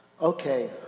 Okay